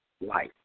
life